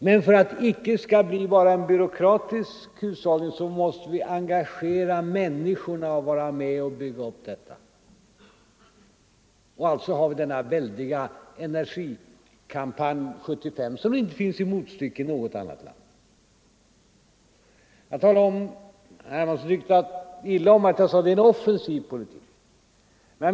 Men för att det inte skall bli en byråkratisk hushållning måste vi engagera människorna att vara med och bygga upp detta. Alltså har vi denna väldiga Energikampanj 75, som det inte finns motstycke till i något annat land. Herr Hermansson tyckte illa om att jag sade att det är en offensiv politik.